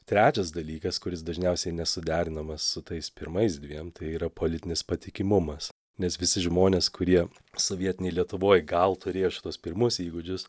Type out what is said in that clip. trečias dalykas kuris dažniausiai nesuderinamas su tais pirmais dviem tai yra politinis patikimumas nes visi žmonės kurie sovietinėj lietuvoj gal turėjo šituos pirmus įgūdžius